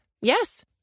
Yes